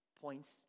points